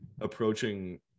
approaching